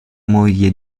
moglie